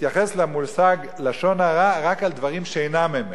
מתייחס למושג "לשון הרע" רק על דברים שאינם אמת,